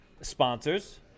sponsors